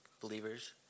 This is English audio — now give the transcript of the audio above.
believers